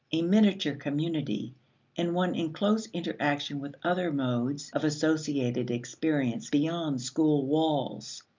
a miniature community and one in close interaction with other modes of associated experience beyond school walls.